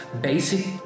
basic